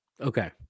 Okay